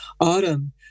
autumn